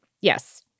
yes